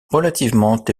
relativement